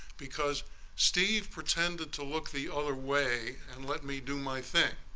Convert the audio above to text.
because steve pretended to look the other way and let me do my thing